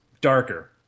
darker